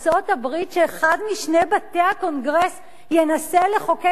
בארצות-הברית ותפסול את רפורמת הבריאות